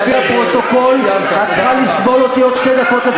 את צריכה לסבול אותי עוד שתי דקות.